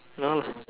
no